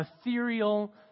ethereal